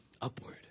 upward